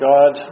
God